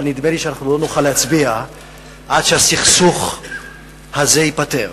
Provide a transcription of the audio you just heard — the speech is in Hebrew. אבל נדמה לי שלא נוכל להצביע עד שהסכסוך הזה ייפתר.